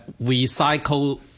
recycle